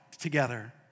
together